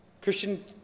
Christian